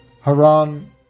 Haran